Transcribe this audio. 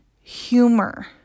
humor